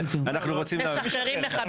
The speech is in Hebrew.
משחררים מחבלים.